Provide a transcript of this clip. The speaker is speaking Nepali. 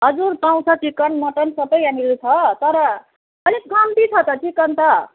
हजुर पाउँछ चिकन मटन सबै यहाँनिर छ तर अलिक कम्ती छ त चिकन त